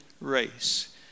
race